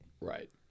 right